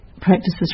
Practices